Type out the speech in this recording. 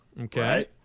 Okay